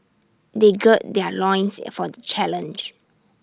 they gird their loins is for the challenge